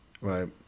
right